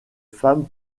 femme